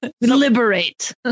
Liberate